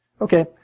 Okay